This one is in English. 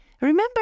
Remember